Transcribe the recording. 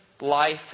life